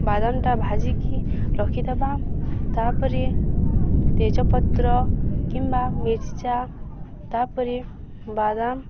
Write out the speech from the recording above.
ବାଦାମଟା ଭାଜିକି ରଖିଦେବା ତା'ପରେ ତେଜ ପତ୍ର କିମ୍ବା ମିରଚା ତା'ପରେ ବାଦାମ